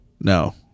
No